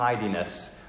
tidiness